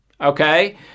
Okay